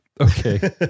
Okay